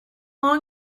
long